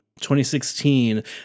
2016